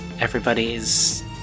everybody's